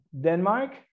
denmark